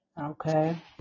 okay